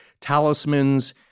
talismans